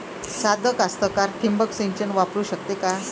सादा कास्तकार ठिंबक सिंचन वापरू शकते का?